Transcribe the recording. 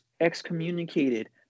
excommunicated